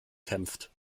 kämpft